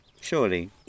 surely